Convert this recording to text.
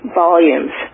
volumes